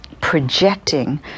projecting